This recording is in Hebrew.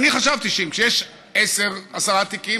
חשבתי שאם כשיש עשרה תיקים,